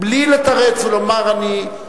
בלי לתרץ ולומר: אני,